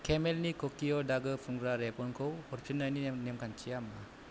केमलिनि क'किय' दागो फुनग्रा रेबगनखौ हरफिन्नायनि नेमखान्थिया मा